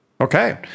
Okay